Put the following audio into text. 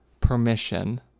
permission